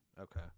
Okay